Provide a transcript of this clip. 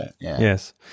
Yes